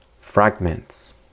fragments